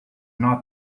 not